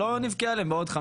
לא נבכה עליהן בעוד 5,